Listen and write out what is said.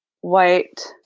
white